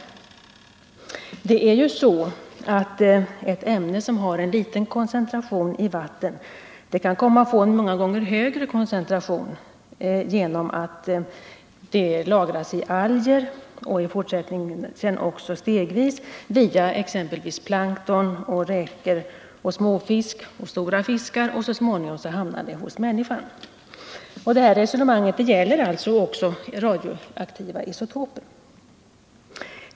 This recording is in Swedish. Det är ju så att ett ämne med låg koncentration i vatten många gånger kan få en mycket högre koncentration genom att det lagras i alger och i fortsättningen också stegvis via exempelvis plankton, räkor, småfisk och stora fiskar — och så småningom hamnar det hos människan. Det här resonemanget gäller också radioaktiva isotoper.